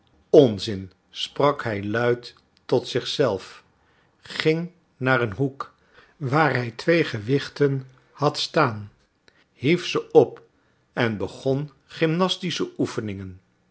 onzin sprak hij luid tot zich zelf ging naar een hoek waar hij twee gewichten had staan hief ze op en begon gymnastische oefeningen